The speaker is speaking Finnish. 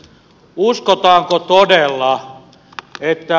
arvoisa herra puhemies